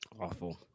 Awful